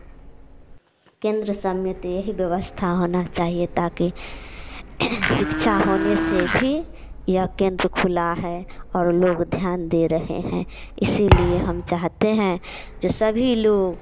केंद्र सब में तो यही व्यवस्था होना चाहिए ताकि सिक्षा होने से भी या केंद्र खुला है और लोग ध्यान दे रहे हैं इसीलिए हम चाहते हैं जो सभी लोग